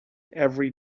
every